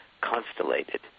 constellated